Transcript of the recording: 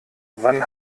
wann